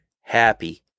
happy